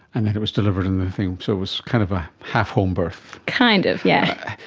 and then it was delivered in the thing, so it was kind of a half home birth. kind of, yeah.